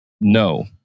no